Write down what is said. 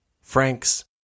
Franks